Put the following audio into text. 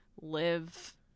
live